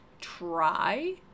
try